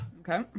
Okay